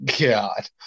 god